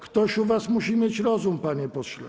Ktoś u was musi mieć rozum, panie pośle.